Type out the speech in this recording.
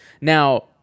Now